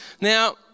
Now